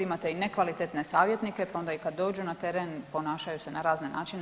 Imate i nekvalitetne savjetnike, pa onda i kad dođu na teren ponašaju se na razne načine.